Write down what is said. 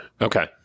Okay